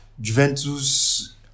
Juventus